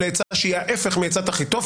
אין לי מושג,